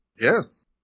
Yes